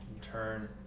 turn